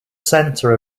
center